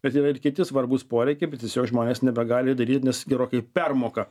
bet yra ir kiti svarbūs poreikiai bet tiesiog žmonės nebegali daryt nes gerokai permoka